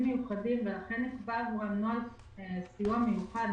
מיוחדים ולכן הקפדנו על נוהל של סיוע מיוחד.